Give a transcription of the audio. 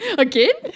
Again